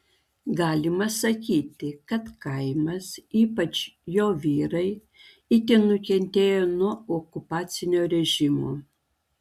galima sakyti kad kaimas ypač jo vyrai itin nukentėjo nuo okupacinio režimo